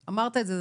אמרת את זה.